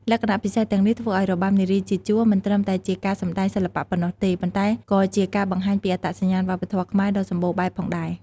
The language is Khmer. លក្ខណៈពិសេសទាំងនេះធ្វើឱ្យរបាំនារីជាជួរមិនត្រឹមតែជាការសម្តែងសិល្បៈប៉ុណ្ណោះទេ ប៉ុន្តែក៏ជាការបង្ហាញពីអត្តសញ្ញាណវប្បធម៌ខ្មែរដ៏សម្បូរបែបផងដែរ។